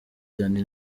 dany